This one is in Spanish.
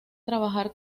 trabajar